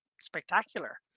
spectacular